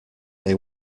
they